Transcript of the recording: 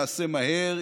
נעשה מהר,